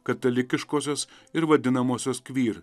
katalikiškosios ir vadinamosios queer